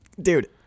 dude